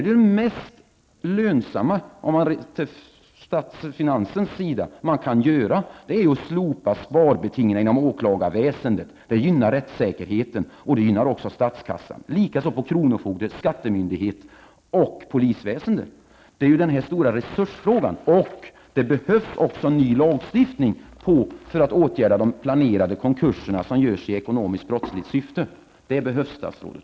Det mest lönsamma som man kan göra vad gäller statsfinanserna är ju att slopa sparbetingen inom åklagarväsendet. Det skulle gynna rättssäkerheten och även statskassan. Det gäller också kronofogdeoch skattemyndigheterna liksom polisväsendet. Det är här en fråga om resurser. Dessutom behövs det en ny lagstiftning för att det skall gå att åtgärda de planerade konkurser som ändå görs i ekonomiskbrottsligt syfte. Det är alltså vad som behövs, statsrådet!